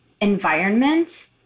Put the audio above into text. environment